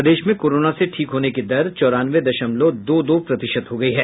प्रदेश में कोरोना से ठीक होने की दर चौरानवे दशमलव दो दो प्रतिशत हो गयी है